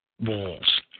walls